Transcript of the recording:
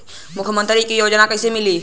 मुख्यमंत्री के योजना कइसे मिली?